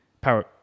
power